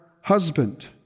husband